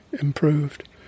improved